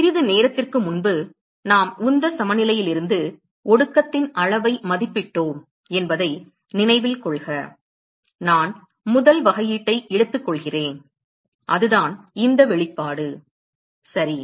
சிறிது நேரத்திற்கு முன்பு நாம் உந்த சமநிலையிலிருந்து ஒடுக்கத்தின் அளவை மதிப்பிட்டோம் என்பதை நினைவில் கொள்க நான் முதல் வகையீட்டை எடுத்துக்கொள்கிறேன் அதுதான் இந்த வெளிப்பாடு சரி